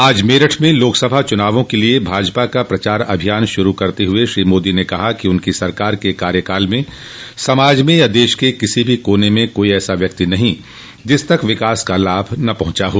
आज मेरठ में लोकसभा चुनावों के लिए भाजपा का प्रचार अभियान शुरू करते हुए श्री मोदी ने कहा कि उनकी सरकार के कार्यकाल में समाज में या देश के किसी भी कोने में कोई ऐसा व्यक्ति नहीं है जिस तक विकास का लाभ न पहुंचा हो